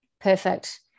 Perfect